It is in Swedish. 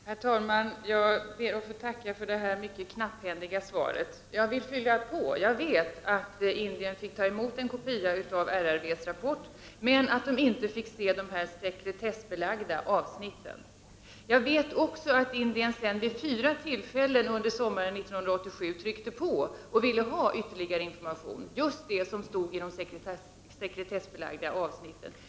Herr talman! Jag ber att få tacka för det i och för sig mycket knapphändiga svaret. Jag vill fylla på med mera uppgifter i frågan. I Indien fick man ta emot en kopia av RRV-rapporten, men man fick inte se de sekretessbelagda avsnitten. Vid fyra tillfällen under sommaren 1987 tryckte man på från Indiens sida och ville ha ytterligare information om just det som stod i de sekretessbelagda avsnitten.